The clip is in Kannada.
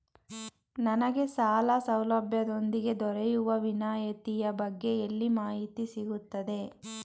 ನನಗೆ ಸಾಲ ಸೌಲಭ್ಯದೊಂದಿಗೆ ದೊರೆಯುವ ವಿನಾಯತಿಯ ಬಗ್ಗೆ ಎಲ್ಲಿ ಮಾಹಿತಿ ಸಿಗುತ್ತದೆ?